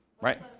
right